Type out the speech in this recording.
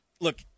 look